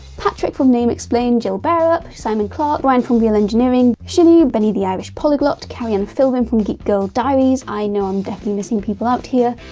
patrick from name explain, jill bearup, simon clark, brian from real engineering, shini, benny the irish polyglot, carrie-ann philbin from geekgurl diaries i know i'm definitely missing people out here.